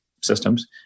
systems